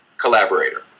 collaborator